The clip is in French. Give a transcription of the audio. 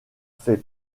fait